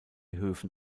höfen